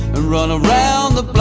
ah run around the